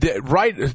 Right